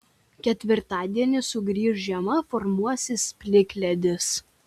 ketvirtadienį sugrįš žiema formuosis plikledis